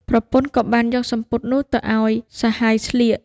ប្រពន្ធក៏បានយកសំពត់នោះទៅឱ្យសហាយស្លៀក។